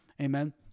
Amen